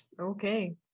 Okay